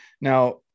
Now